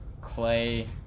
Clay